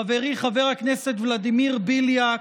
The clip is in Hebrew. חברי חבר הכנסת ולדימיר בליאק,